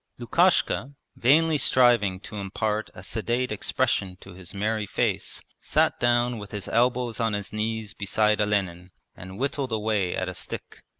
lukashka, vainly striving to impart a sedate expression to his merry face, sat down with his elbows on his knees beside olenin and whittled away at a stick.